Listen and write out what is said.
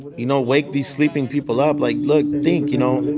you know, wake these sleeping people up, like, look think, you know?